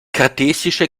kartesische